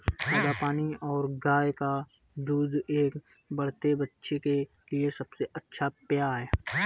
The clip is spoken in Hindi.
सादा पानी और गाय का दूध एक बढ़ते बच्चे के लिए सबसे अच्छा पेय हैं